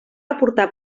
aportar